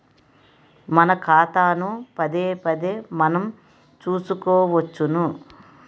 మన ఖాతాను పదేపదే మనం చూసుకోవచ్చును